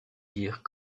dire